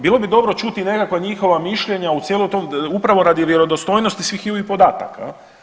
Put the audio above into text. Bilo bi dobro čuti nekakva njihova mišljenja u cijelom tom upravo radi vjerodostojnosti svih … podataka.